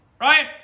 Ryan